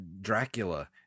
Dracula